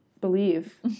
Believe